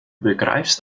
begreifst